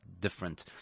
different